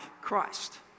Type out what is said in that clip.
Christ